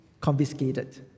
confiscated